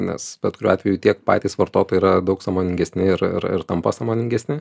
nes bet kuriuo atveju tiek patys vartotojai yra daug sąmoningesni ir ir ir tampa sąmoningesni